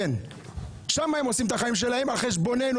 על חשבוננו,